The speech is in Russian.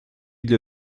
для